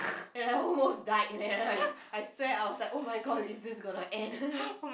and I almost died man I swear I was like oh-my-god is this gonna end